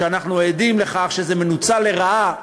כשאנחנו עדים לכך שזה מנוצל לרעה